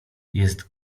jest